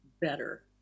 better